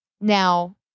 Now